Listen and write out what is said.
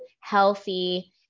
healthy